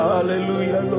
Hallelujah